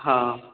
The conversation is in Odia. ହଁ